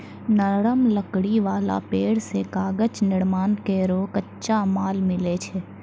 नरम लकड़ी वाला पेड़ सें कागज निर्माण केरो कच्चा माल मिलै छै